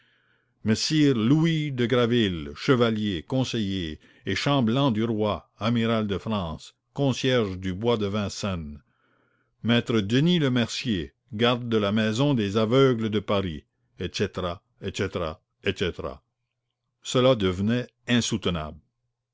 messire louis de graville chevalier conseiller et chambellan du roi amiral de france concierge du bois de vincennes maître denis le mercier garde de la maison des aveugles de paris etc etc etc cela devenait insoutenable